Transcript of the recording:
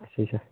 اَچھا اَچھا